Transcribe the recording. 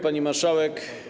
Pani Marszałek!